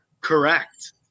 Correct